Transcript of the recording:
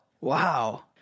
Wow